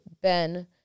Ben